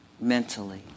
mentally